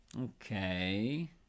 okay